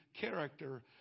character